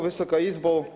Wysoka Izbo!